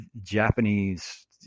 Japanese